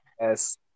Yes